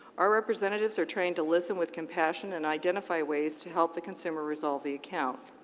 our representative are trained to listen with compassion and identify ways to help the consumer resolve the account.